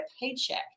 paycheck